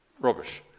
rubbish